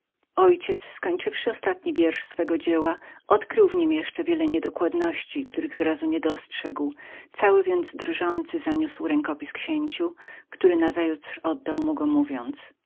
ojciec skończywszy ostatni wiersz swego dzieła odkrył w niem jeszcze wiele niedokładności których z razu nie dostrzegł cały więc drżący zaniósł rękopis księciu który nazajutrz oddał mu go mówiąc